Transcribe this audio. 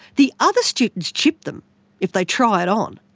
the other students chip them if they try it on.